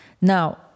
Now